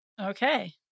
Okay